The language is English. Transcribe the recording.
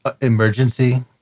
emergency